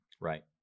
Right